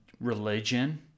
religion